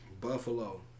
Buffalo